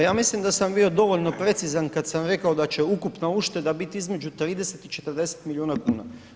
Pa ja mislim da sam bio dovoljno precizan kad sam rekao da će ukupna ušteda biti između 30 i 40 miliona kuna.